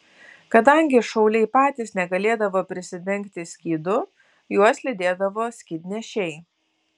kadangi šauliai patys negalėdavo prisidengti skydu juos lydėdavo skydnešiai